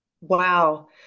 wow